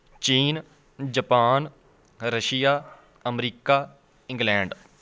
ਚੀਨ Japan Russia ਅਮਰੀਕਾ England